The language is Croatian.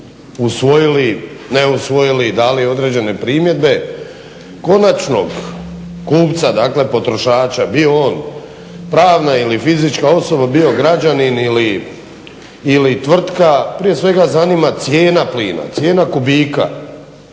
usvojili, ne usvojili, dali određene primjedbe konačnog kupca, dakle potrošača bio on pravna ili fizička osoba, bio građanin ili tvrtka prije svega zanima cijena plina, cijena kubika,